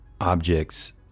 objects